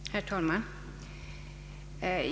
Herr talman!